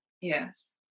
Yes